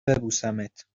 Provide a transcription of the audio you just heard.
ببوسمت